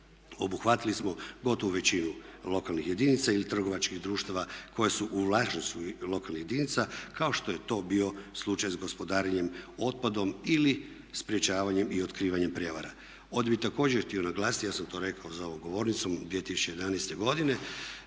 obuhvatili gotovo većinu lokalnih jedinica i trgovačkih društava koja su u vlasništvu lokalnih jedinica kao što je to bio slučaj s gospodarenjem otpadom ili sprječavanjem i otkrivanjem prijevara. Ovdje bih također htio naglasiti, ja sam to rekao za ovom govornicom 2011. godine,